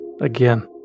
again